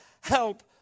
help